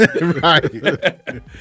Right